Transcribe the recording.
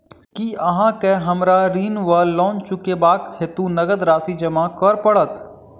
की अहाँ केँ हमरा ऋण वा लोन चुकेबाक हेतु नगद राशि जमा करऽ पड़त?